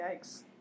yikes